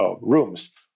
rooms